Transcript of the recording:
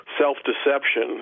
self-deception